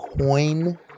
coin